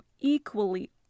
equally